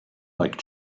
like